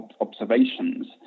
observations